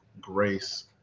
grace